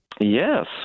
Yes